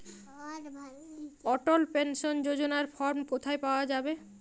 অটল pension যোজনার form কোথায় পাওয়া যাবে?